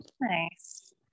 Nice